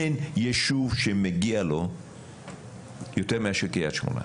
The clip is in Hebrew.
אין ישוב שמגיע לו יותר מאשר קריית שמונה.